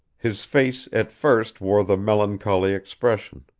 his face at first wore the melancholy expression,